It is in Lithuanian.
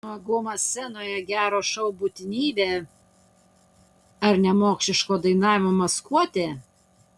nuogumas scenoje gero šou būtinybė ar nemokšiško dainavimo maskuotė